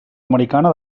americana